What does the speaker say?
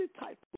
type